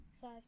Five